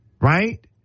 right